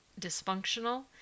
dysfunctional